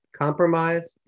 compromise